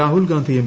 Rahul Gandhi M